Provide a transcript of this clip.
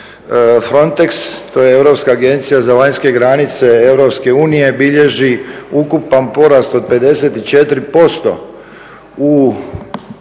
kad …, to je Europska agencija za vanjske granice EU, bilježi ukupan porast od 54% u EU